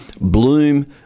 bloom